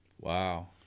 Wow